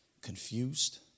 confused